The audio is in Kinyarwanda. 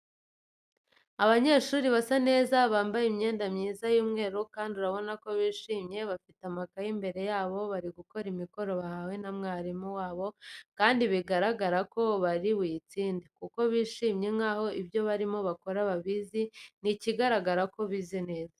Abanyeshuri basa neza, bambaye imyenda myiza y'umweru kandi urabona ko bishimye bafite amakaye imbere yabo bari gukora imikoro bahawe na mwarimu wabo kandi biragaragara ko bari buyitsinde, kuko bishimye nkaho ibyo barimo bakora babizi. Ni ikigaragaza ko bize neza.